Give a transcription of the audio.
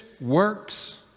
works